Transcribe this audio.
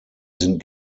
sind